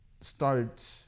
start